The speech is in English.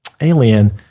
alien